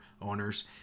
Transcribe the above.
owners